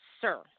sir